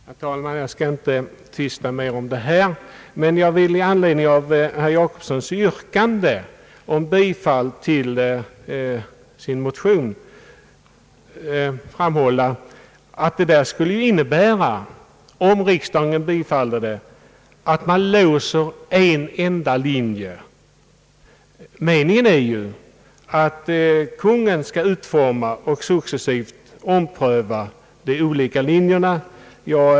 Herr talman! Jag skall inte tvista mer om detta. Men jag vill i anledning av herr Jacobssons yrkande om bifall till sin motion framhålla att riksdagens bifall till motionen skulle innebära att man låser en enda linje. Meningen är att Kungl. Maj:t skall utforma och successivt ompröva de olika linjerna.